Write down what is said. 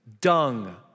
dung